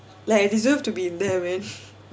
like I deserve to be in there man